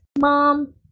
Mom